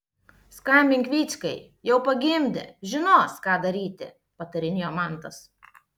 skambink vyckai jau pagimdė žinos ką daryti patarinėjo mantas